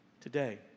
today